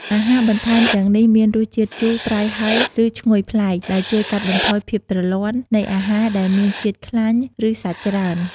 អាហារបន្ថែមទាំងនេះមានរសជាតិ ជូរ ប្រៃ ហឹរ ឬឈ្ងុយប្លែក ដែលជួយ កាត់បន្ថយភាពទ្រលាន់ នៃអាហារដែលមានជាតិខ្លាញ់ ឬសាច់ច្រើន។